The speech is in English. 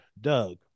Doug